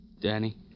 Danny